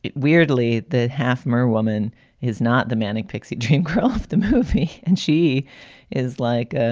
weirdly the half myr woman is not the manic pixie jane croft, the movie. and she is like a,